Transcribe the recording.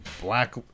black